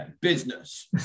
Business